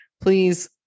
Please